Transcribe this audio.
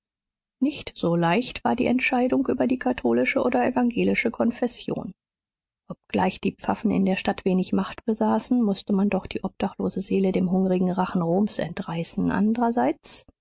nicht so leicht war die entscheidung über die katholische oder evangelische konfession obgleich die pfaffen in der stadt wenig macht besaßen mußte man doch die obdachlose seele dem hungrigen rachen roms entreißen anderseits